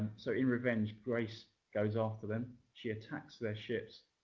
so in revenge, grace goes after them. she attacks their ships,